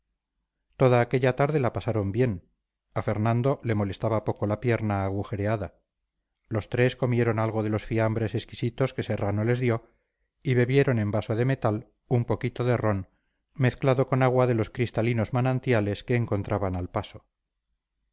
toda aquella tarde la pasaron bien a fernando le molestaba poco la pierna agujereada los tres comieron algo de los fiambres exquisitos que serrano les dio y bebieron en vaso de metal un poquito de ron mezclado con agua de los cristalinos manantiales que encontraban al paso